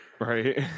Right